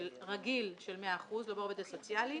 רגיל של מאה אחוז לרובד הסוציאלי,